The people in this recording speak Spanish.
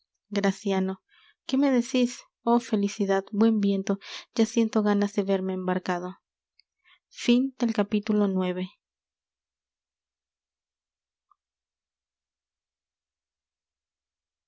graciano qué me decis oh felicidad buen viento ya siento ganas de verme embarcado